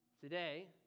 today